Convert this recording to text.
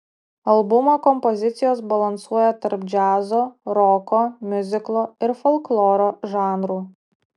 albumo kompozicijos balansuoja tarp džiazo roko miuziklo ir folkloro žanrų